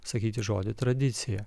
sakyti žodį tradicija